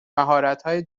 مهارتهای